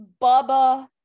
bubba